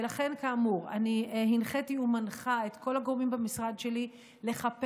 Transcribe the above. ולכן כאמור אני הנחיתי ומנחה את כל הגורמים במשרד שלי לחפש